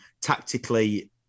tactically